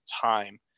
time